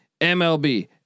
MLB